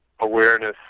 awareness